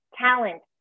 talent